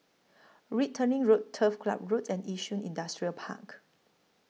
Wittering Road Turf Ciub Road and Yishun Industrial Park